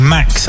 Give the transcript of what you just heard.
Max